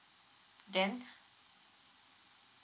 then